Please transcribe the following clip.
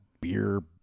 beer